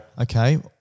Okay